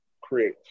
create